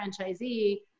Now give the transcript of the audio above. franchisee